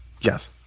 Yes